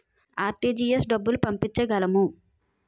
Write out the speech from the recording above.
RTGS డబ్బులు పంపించగలము?